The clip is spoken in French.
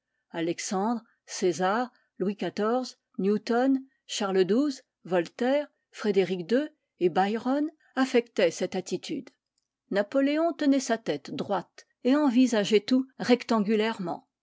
alexandre césar louis xiv newton charles xii voltaire frédéric ii et byron affectaient cette attitude napoléon tenait sa tête droite et envisageait tout